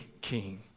king